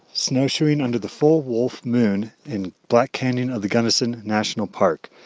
snowshoeing under the full wolf moon in black canyon of the gunnison national park,